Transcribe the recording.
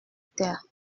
terre